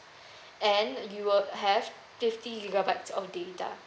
and you would have fifty gigabytes of data